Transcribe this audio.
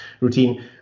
routine